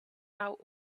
out